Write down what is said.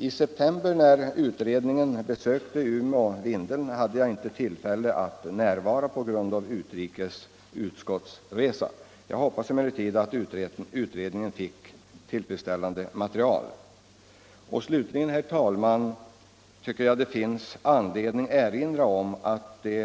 När utredningen i september besökte Umeå och Vindeln, hade jag inte tillfälle att närvara på grund av utskottsresa till utlandet. Jag hoppas emellertid att utredningen fick tillfredsställande material. Slutligen, herr talman, tycker jag det är anledning att erinra om att det